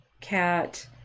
Cat